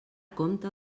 compte